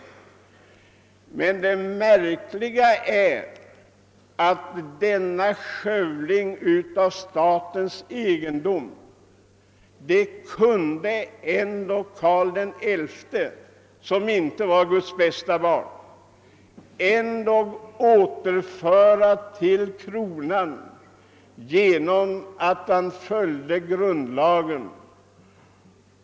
Men det märkliga är att Karl XI, som inte var Guds bästa barn, ändå kunde återföra statens egendom till kronan genom att följa grundlagen.